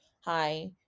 hi